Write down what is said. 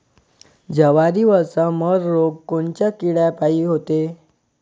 जवारीवरचा मर रोग कोनच्या किड्यापायी होते?